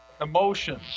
Emotions